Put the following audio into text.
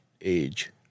age